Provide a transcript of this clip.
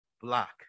block